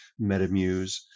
Metamuse